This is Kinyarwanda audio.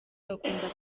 bakunda